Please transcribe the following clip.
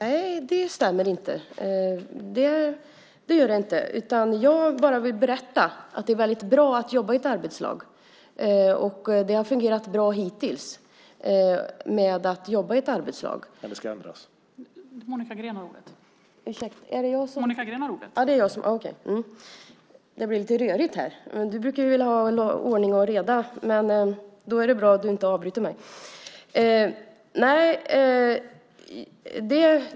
Fru talman! Nej, det stämmer inte. Jag vill bara berätta att det är väldigt bra att jobba i ett arbetslag. Det har fungerat bra hittills att jobba i ett arbetslag. : Men det ska ändras.) Det är jag som har ordet. Det blir lite rörigt här. Men du brukar vilja ha ordning och reda, och då är det bra att du inte avbryter mig.